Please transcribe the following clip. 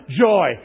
joy